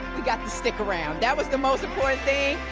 we got the stick around. that was the most important thing,